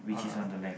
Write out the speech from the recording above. (uh huh)